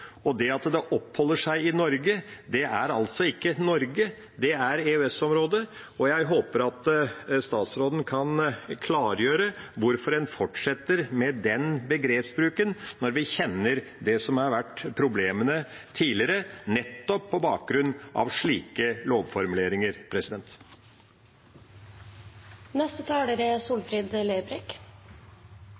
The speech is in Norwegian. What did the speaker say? Det at det oppholder seg i Norge, er altså ikke Norge, det er EØS-området, og jeg håper statsråden kan klargjøre hvorfor en fortsetter med den begrepsbruken når vi kjenner til problemene som har vært tidligere, nettopp på bakgrunn av slike lovformuleringer. Fleire moment om digitalisering i denne saka er